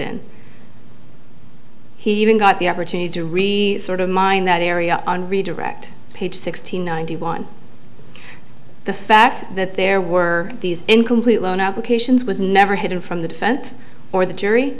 in he even got the opportunity to read sort of mind that area on redirect page six hundred ninety one the fact that there were these incomplete loan applications was never hidden from the defense or the jury